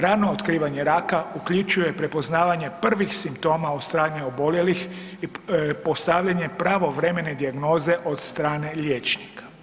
Rano otkrivanje raka uključuje prepoznavanje prvih simptoma od strane oboljelih i postavljanje pravovremene dijagnoze od strane liječnika.